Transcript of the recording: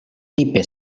tipe